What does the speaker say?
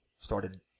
started